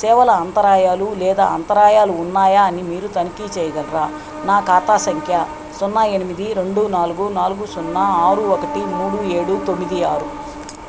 సేవల అంతరాయాలు లేదా అంతరాయాలు ఉన్నాయా అని మీరు తనిఖీ చేయగలరా నా ఖాతా సంఖ్య సున్నా ఎనిమిది రెండు నాలుగు నాలుగు సున్నా ఆరు ఒకటి మూడు ఏడు తొమ్మిది ఆరు